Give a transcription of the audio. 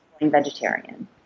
vegetarian